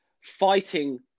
fighting